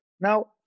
Now